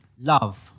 Love